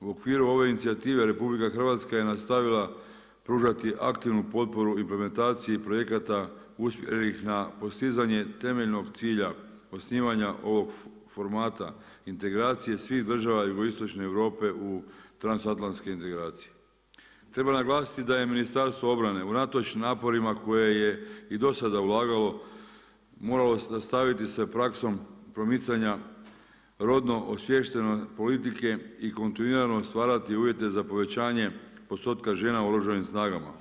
U okviru ove inicijative RH je nastavila pružati aktivnu potporu u implementaciji projekata usmjerenih na postizanje temeljnog cilja, osnivanja ovog formata integracija svih država jugoistočne Europe u transatlantskih … Treba naglasiti da je Ministarstvo obrane unatoč naporima koje je i dosada ulagalo, moralo nastaviti s praksom promicanja rodno osviješteno politike i kontinuirano stvarati uvjete za povećanje postotaka žena u oružanim snagama.